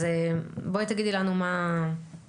אז בואי תגידי לנו מה את חושבת.